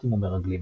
דיפלומטים ומרגלים.